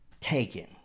taken